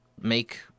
make